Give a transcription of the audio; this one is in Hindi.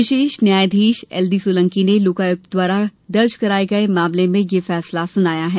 विशेष न्यायाधीश एलडी सोलंकी ने लोकायुक्त द्वारा दर्ज कराये गये मामले में यह फैसला सुनाया है